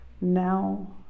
now